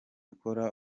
ukora